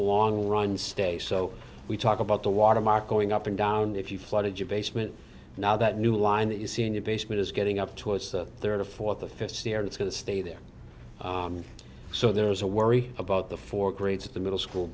long run stay so we talk about the watermark going up and down if you flooded your basement now that new line that you see in your basement is getting up towards the third or fourth or fifth year it's going to stay there so there's a worry about the four grades at the middle school